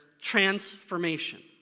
transformation